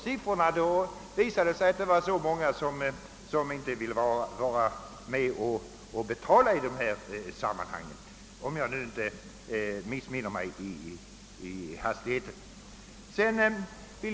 Siffrorna gav alltså uttryck för om man var villig betala någonting i det här sammanhanget — om jag som sagt inte missminner mig i hastigheten.